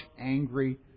angry